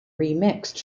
remixed